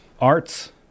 arts